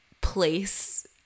place